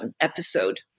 episode